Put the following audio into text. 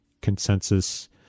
consensus